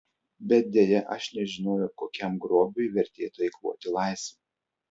bet deja aš nežinojau kokiam grobiui vertėtų eikvoti laisvę